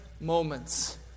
moments